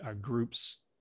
groups